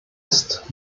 ist